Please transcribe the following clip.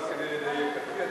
רק כדי לדייק.